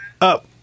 Up